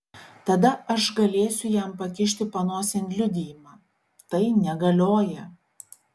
tada aš galėsiu jam pakišti panosėn liudijimą tai negalioja